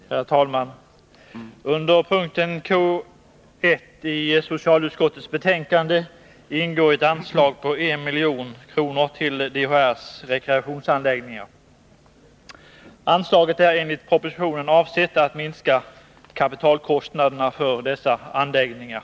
Herr talman! Under punkt K 1 i socialutskottets betänkande upptas ett anslag på 1 milj.kr. till DHR:s rekreationsanläggningar. Anslaget är enligt propositionen avsett att minska kapitalkostnaderna för dessa anläggningar.